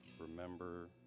remember